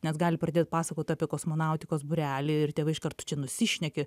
net gali pradėt pasakot apie kosmonautikos būrelį ir tėvai iš karto čia nusišneki